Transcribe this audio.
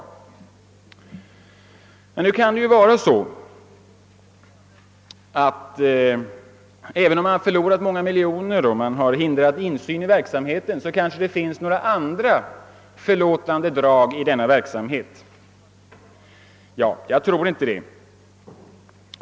Även om man har förlorat många miljoner och man har hindrat insyn i verksamheten, kanske det finns andra förlåtande drag i denna verksamhet. Nej, jag tror inte det.